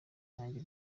nanjye